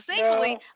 thankfully